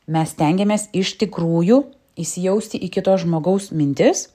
mes stengiamės iš tikrųjų įsijausti į kito žmogaus mintis